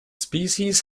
species